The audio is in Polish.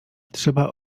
trzeba